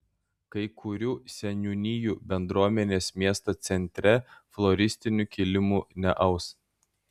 kai kurių seniūnijų bendruomenės miesto centre floristinių kilimų neaus